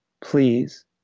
please